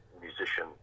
musician